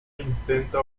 intenta